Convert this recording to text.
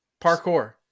Parkour